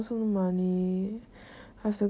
蛮贵的 lah 现在没有钱